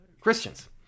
Christians